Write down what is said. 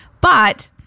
But-